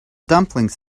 dumplings